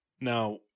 Now